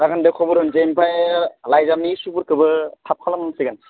जागोन दे खबर होनोसै ओमफ्राय लाइजामनि सुबुरखौबो थाब खालामनांसिगोन